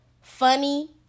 funny